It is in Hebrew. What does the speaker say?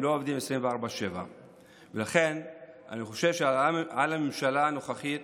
הם לא עובדים 24/7. לכן אני חושב שעל הממשלה הנוכחית